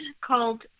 called